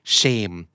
shame